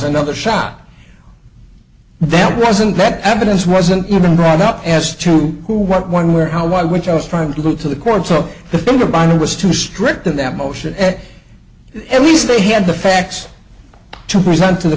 another shot that wasn't that evidence wasn't even brought up as to who what when where how why which i was trying to go to the court so combine it was too strict in that motion at every stage he had the facts to present to the